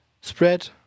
spread